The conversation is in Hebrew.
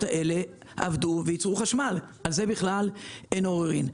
האלה עבדו וייצרו חשמל ועל זה בכלל אין עוררין.